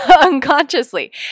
unconsciously